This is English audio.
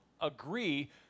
agree